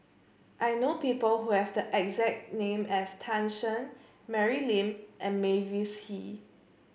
I know people who have the exact name as Tan Shen Mary Lim and Mavis Hee